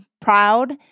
proud